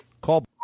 Call